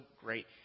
great